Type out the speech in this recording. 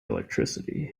electricity